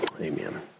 Amen